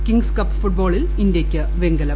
kings Cup ഫുട്ബോളിൽ ഇന്തൃയ്ക്ക് വെങ്കലം